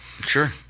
Sure